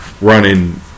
Running